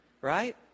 right